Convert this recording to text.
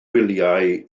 wyliau